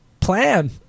plan